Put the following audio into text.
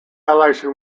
election